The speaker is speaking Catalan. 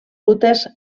rutes